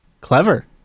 Clever